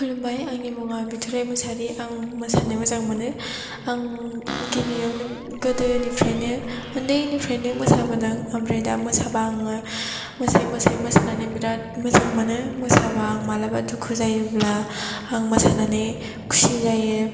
खुलुमबाय आंनि मुङा बिथराय मुसाहारि आं मोसानो मोजां मोनो आं गिबियावनो गोदोनिफ्रायनो ओनदैनिफ्रायनो मोसाबोदों आमफ्राय दा मोसाबा आङो मोसायै मोसायै मोसानानै बेराद मोजां मोनो मोसाबा आं मालाबा दुखु जायोबोला आं मोसानानै खुसि जायो